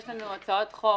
יש לנו הצעות חוק